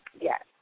Yes